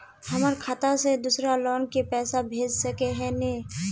हमर खाता से दूसरा लोग के पैसा भेज सके है ने?